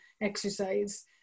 exercise